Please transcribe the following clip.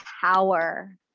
power